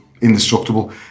indestructible